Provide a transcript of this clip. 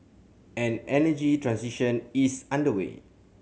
an energy transition is underway